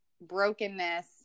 brokenness